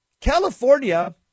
California